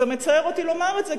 וזה מצער אותי לומר את זה,